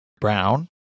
Brown